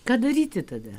ką daryti tada